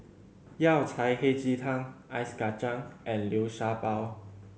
Yao Cai Hei Ji Tang ice kacang and Liu Sha Bao